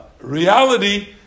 reality